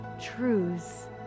truths